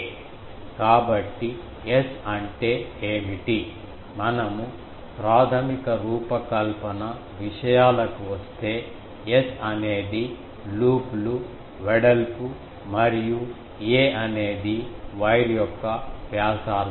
కాబట్టి S అంటే ఏమిటి మనము ప్రాథమిక రూపకల్పన విషయాలకు వస్తే S అనేది లూప్ లు వెడల్పు మరియు a అనేది వైర్ యొక్క వ్యాసార్థం